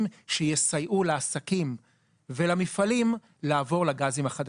שיסייעו לעסקים ולמפעלים לעבור לגזים החדשים.